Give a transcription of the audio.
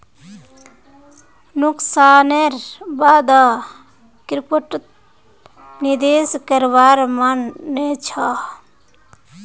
नुकसानेर बा द क्रिप्टोत निवेश करवार मन नइ छ